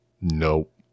nope